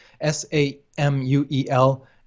S-A-M-U-E-L